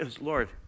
Lord